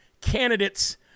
candidates